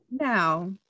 Now